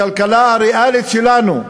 הכלכלה הריאלית שלנו,